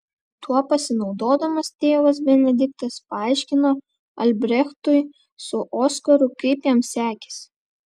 tuo pasinaudodamas tėvas benediktas paaiškino albrechtui su oskaru kaip jam sekėsi